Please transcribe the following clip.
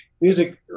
music